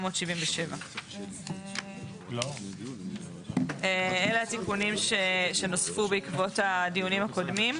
1700.". אלה התיקונים שנוספו בעקבות הדיונים הקודמים.